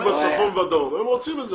אבל הם רוצים את זה.